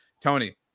Tony